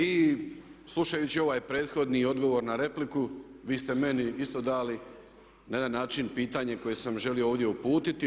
I slušajući ovaj prethodni odgovor na repliku vi ste meni isto dali na jedan način pitanje koje sam želio ovdje uputiti.